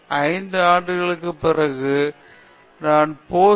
5 ஆண்டுகளுக்கு பிறகு நான் போஸ்ட் பி